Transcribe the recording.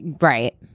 right